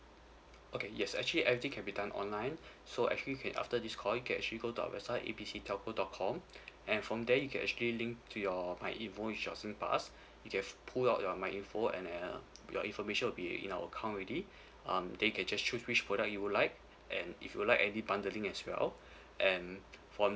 okay yes actually everything can be done online so actually can after this call you can actually go to our website A B C telco dot com and from there you can actually link to your my invoice pass you just pull out your my info and uh your information will be in our account already um then you can just choose which product you would like and if you like any bundling as well and from